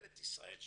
וממשלת ישראל,